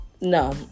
no